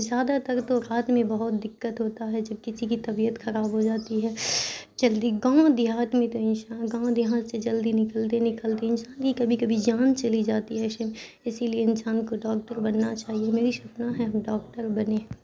زیادہ تر تو ہاتھ میں بہت دقت ہوتا ہے جب کسی کی طبیعت خراب ہو جاتی ہے جلدی گاؤں دیہات میں تو انسان گاؤں دیہات سے جلدی نکلتے نکلتے انسان کی کبھی کبھی جان چلی جاتی ہے ایسے اسی لیے انسان کو ڈاکٹر بننا چاہیے میری سپنا ہے ہم ڈاکٹر بنیں